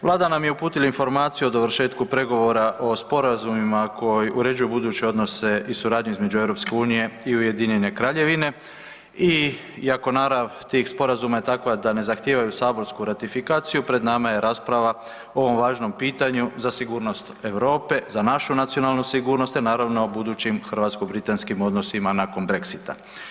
Vlada nam je uputila informaciju o dovršetku pregovora o sporazumima koji uređuju buduće odnose i suradnju između EU i UK i iako naravno je tih sporazuma je takva da ne zahtijevaju saborsku ratifikaciju pred nama je rasprava ovom važnom pitanju za sigurnost Europe, za našu nacionalnu sigurnost, a naravno i budućim hrvatsko-britanskim odnosima nakon Brexita.